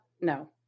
no